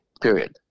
Period